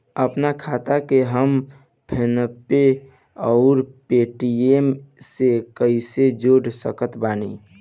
आपनखाता के हम फोनपे आउर पेटीएम से कैसे जोड़ सकत बानी?